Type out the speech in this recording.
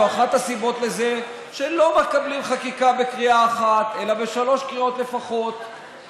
זו אחת הסיבות לזה שלא מקבלים חקיקה בקריאה אחת אלא בשלוש קריאות לפחות,